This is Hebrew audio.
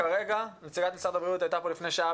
נציגת משרד הבריאות הייתה כאן לפני שעה